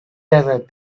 desert